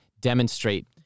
demonstrate